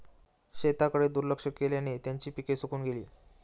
शेताकडे दुर्लक्ष केल्याने त्यांची पिके सुकून गेली